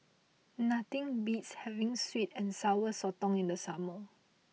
nothing beats having Sweet and Sour Sotong in the summer